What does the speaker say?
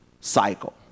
Cycle